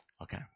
Okay